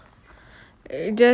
a'ah